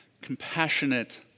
compassionate